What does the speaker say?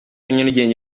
nyarugenge